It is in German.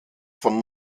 von